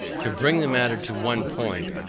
to bring the matter to one point.